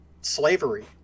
slavery